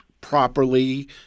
properly